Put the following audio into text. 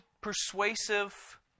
persuasive